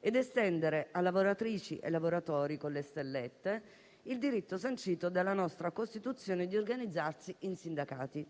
ed estendere a lavoratrici e lavoratori con le stellette il diritto sancito dalla nostra Costituzione di organizzarsi in sindacati.